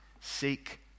seek